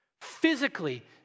Physically